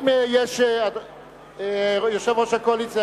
יושב-ראש הקואליציה,